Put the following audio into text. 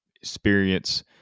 experience